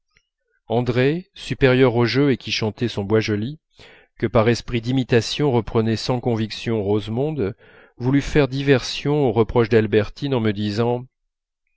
andrée supérieure au jeu et qui chantait son bois joli que par esprit d'imitation reprenait sans conviction rosemonde voulut faire diversion aux reproches d'albertine en me disant